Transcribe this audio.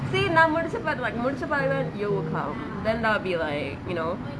see நா முடிச்~:naa mudiche~ like முடிச்ச பிறகுதா:mudicha piraguthaa you will come then I'll be like you know